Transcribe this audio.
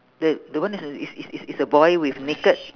that that one is a is is is is a boy with naked